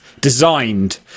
designed